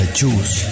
choose